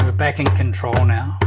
ah back in control now,